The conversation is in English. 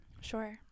sure